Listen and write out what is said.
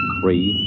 three